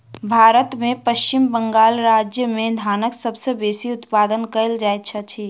भारत में पश्चिम बंगाल राज्य में धानक सबसे बेसी उत्पादन कयल जाइत अछि